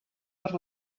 per